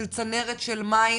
של צנרת של מים,